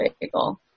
bagel